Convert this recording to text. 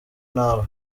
nawe